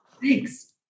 Thanks